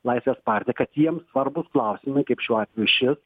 laisvės partija kad jiems svarbūs klausimai kaip šiuo atveju šis